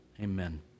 amen